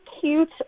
cute